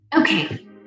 Okay